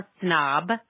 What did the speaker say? snob